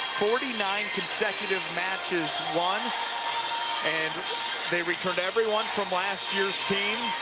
forty nine consecutive matches won and they returned every one from last year's team.